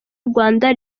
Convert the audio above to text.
rwanda